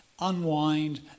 unwind